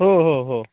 हो हो हो